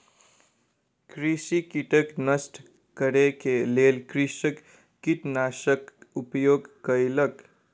कृषि कीटक नष्ट करै के लेल कृषक कीटनाशकक उपयोग कयलक